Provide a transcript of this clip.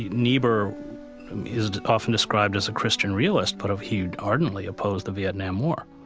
niebuhr is often described as a christian realist, but he ardently opposed the vietnam war.